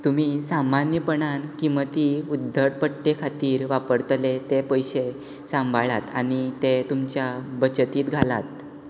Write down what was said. तुमी सामान्यपणान किमती उद्दार पट्टे खातीर वापरतले ते पयशे सांबाळात आनी ते तुमच्या बचतींत घालात